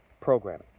program